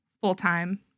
full-time